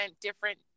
different